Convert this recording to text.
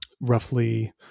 roughly